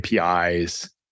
APIs